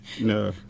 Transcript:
No